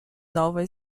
nova